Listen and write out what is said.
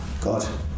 God